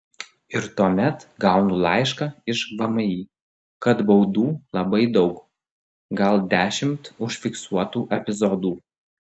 ir tuomet gaunu laišką iš vmi kad baudų labai daug gal dešimt užfiksuotų epizodų